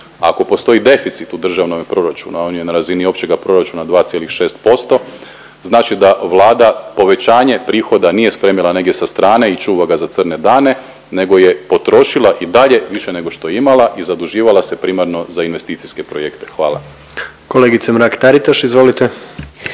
Ako postoji deficit u državnome proračunu, a on je na razini općega proračuna 2,6% znači da Vlada povećanje prihoda nije spremila negdje sa strane i čuva ga za crne dane nego je potrošila i dalje više nego što je imala i zaduživala se primarno za investicijske projekte. Hvala. **Jandroković, Gordan